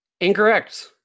incorrect